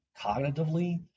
cognitively